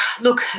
look